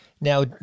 Now